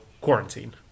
Quarantine